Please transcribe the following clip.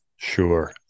Sure